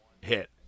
hit